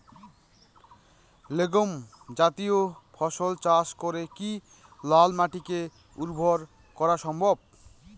Legume জাতীয় ফসল চাষ করে কি লাল মাটিকে উর্বর করা সম্ভব?